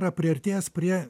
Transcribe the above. yra priartėjęs prie